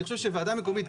ואני חושב שהוועדה המקומית,